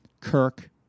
Kirk